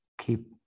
keep